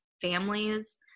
families